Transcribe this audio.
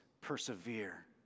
Persevere